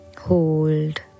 hold